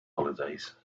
holidays